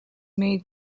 made